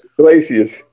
Glacius